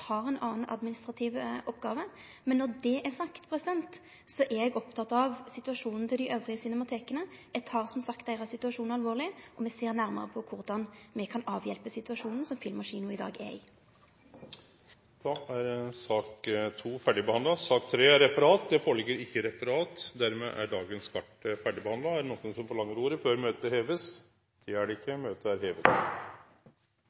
som sagt deira situasjon alvorleg, og me ser nærmare på korleis me kan avhjelpe situasjonen som Film & Kino i dag er i. Dermed er sak nr. 2 ferdigbehandla. Det ligg ikkje føre noko referat. Dermed er dagens kart ferdigbehandla. Er det nokon som forlanger ordet før møtet